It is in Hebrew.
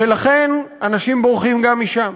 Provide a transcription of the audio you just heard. אבל הם לא, ולכן אנשים בורחים גם משם.